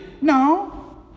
No